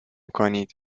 کنید